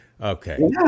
Okay